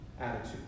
attitude